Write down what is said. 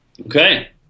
Okay